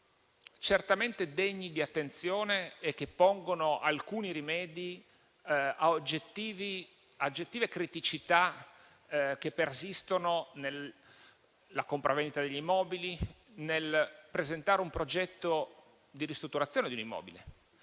certamente degni di attenzione e che pongono alcuni rimedi a oggettive criticità che persistono nella compravendita degli immobili e nel presentare un progetto di ristrutturazione di un immobile.